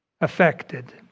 affected